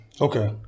Okay